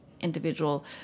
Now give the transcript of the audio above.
individual